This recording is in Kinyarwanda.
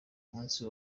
munsi